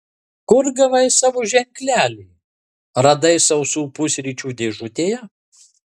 kur gavai savo ženklelį radai sausų pusryčių dėžutėje